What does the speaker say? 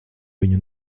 viņu